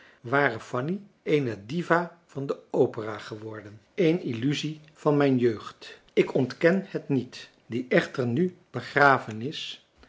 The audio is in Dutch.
ware fanny eene diva van de opera geworden een illusie van mijn jeugd ik ontken het niet die marcellus emants een drietal novellen echter nu begraven is